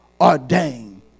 ordained